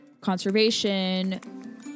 conservation